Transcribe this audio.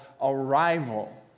arrival